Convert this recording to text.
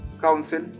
Council